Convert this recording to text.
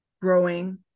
growing